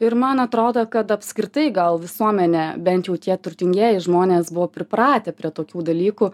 ir man atrodo kad apskritai gal visuomenė bent jau tie turtingieji žmonės pripratę prie tokių dalykų